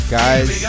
guys